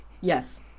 Yes